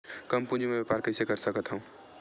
कम पूंजी म व्यापार कइसे कर सकत हव?